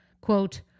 Quote